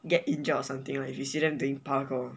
get injured or something lah if you see them doing parkour